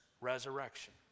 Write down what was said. Resurrection